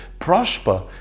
prosper